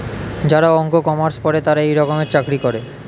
যারা অঙ্ক, কমার্স পরে তারা এই রকমের চাকরি করে